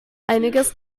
einiges